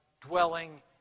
dwelling